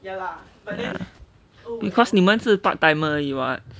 ya because 你们是 part timer 而已 [what]